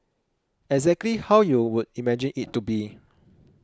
exactly how you would imagine it to be